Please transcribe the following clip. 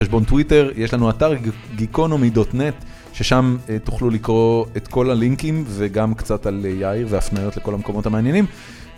חשבון טוויטר, יש לנו אתר geekonomy.net ששם תוכלו לקרוא את כל הלינקים וגם קצת על יאיר והפניות לכל המקומות המעניינים.